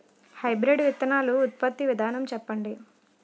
Hybrid విత్తనాలు ఉత్పత్తి విధానం చెప్పండి?